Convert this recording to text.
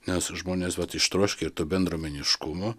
nes žmonės ištroškę ir to bendruomeniškumo